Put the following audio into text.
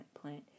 Plant